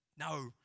No